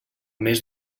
més